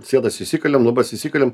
sienas įsikalėm lubas įsikalėm